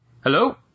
Hello